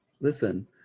Listen